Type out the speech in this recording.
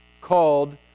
called